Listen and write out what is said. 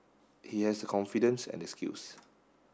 he has the confidence and the skills